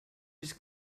les